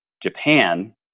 Japan